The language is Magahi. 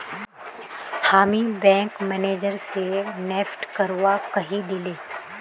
हामी बैंक मैनेजर स नेफ्ट करवा कहइ दिले